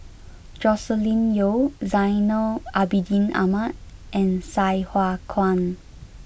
Joscelin Yeo Zainal Abidin Ahmad and Sai Hua Kuan